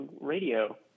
Radio